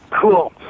Cool